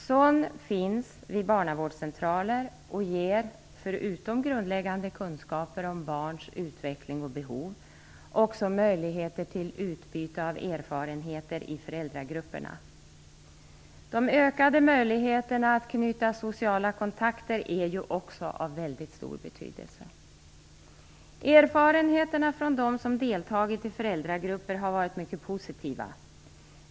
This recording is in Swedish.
Sådan finns vid barnavårdscentraler och ger förutom grundläggande kunskaper om barns utveckling och behov också möjligheter till utbyte av erfarenheter i föräldragrupperna. De ökade möjligheterna att knyta sociala kontakter är också av väldigt stor betydelse. Erfarenheterna från dem som deltagit i föräldragrupper har varit mycket positiva.